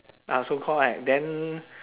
ah so call right then